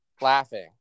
laughing